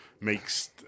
Makes